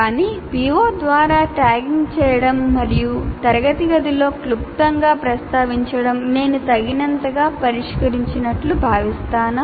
కానీ PO ద్వారా tagging చేయడం మరియు తరగతి గదిలో క్లుప్తంగా ప్రస్తావించడం నేను తగినంతగా పరిష్కరించినట్లు భావిస్తానా